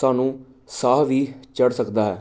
ਸਾਨੂੰ ਸਾਹ ਵੀ ਚੜ੍ਹ ਸਕਦਾ ਹੈ